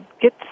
get